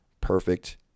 perfect